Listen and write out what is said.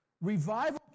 Revival